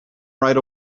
right